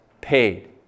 Paid